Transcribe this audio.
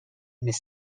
mais